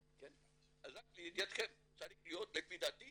רק לידיעתכם, צריך להיות לפי דעתי